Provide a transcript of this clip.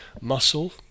muscle